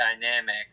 dynamic